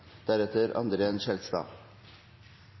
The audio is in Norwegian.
deretter André N. Skjelstad